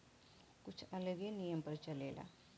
कुछ अलगे नियम पर चलेला